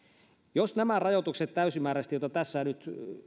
jos nämä rajoitukset joita tässä nyt